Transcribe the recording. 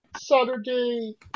saturday